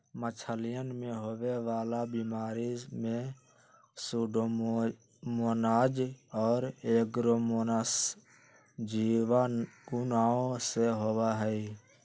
मछलियन में होवे वाला बीमारी में सूडोमोनाज और एयरोमोनास जीवाणुओं से होबा हई